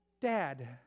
Dad